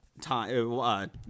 time